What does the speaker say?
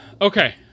okay